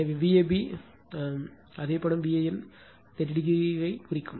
எனவே Vab தோன்றும் அதே படம் Van 30o வைக் குறைக்கும்